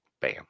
Bam